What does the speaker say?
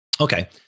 Okay